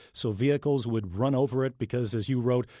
so vehicles would run over it because, as you wrote,